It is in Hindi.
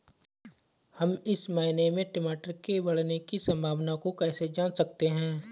हम इस महीने में टमाटर के बढ़ने की संभावना को कैसे जान सकते हैं?